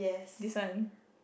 this one